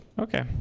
okay